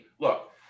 look